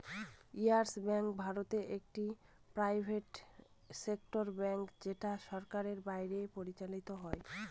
yes Bank ভারতে একটি private sector bank যেটা সরকারের বাইরে পরিচালত হয়